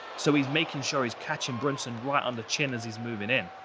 so he's making sure he's catching brunson right on the chin as he's moving in.